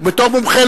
בתור מומחה.